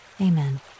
Amen